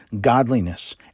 godliness